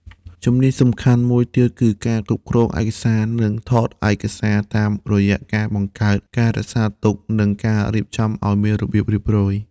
ជំនាញសំខាន់មួយទៀតគឺការគ្រប់គ្រងឯកសារនិងថតឯកសារតាមរយៈការបង្កើត ការរក្សាទុក និងការរៀបចំឱ្យមានរបៀបរៀបរយ។